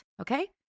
Okay